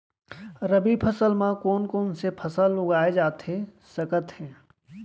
रबि फसल म कोन कोन से फसल उगाए जाथे सकत हे?